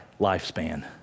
lifespan